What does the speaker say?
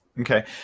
Okay